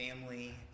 family